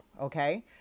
okay